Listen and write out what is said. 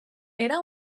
era